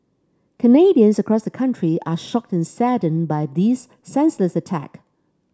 Canadians across the country are shocked and saddened by this senseless attack